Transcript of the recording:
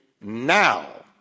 now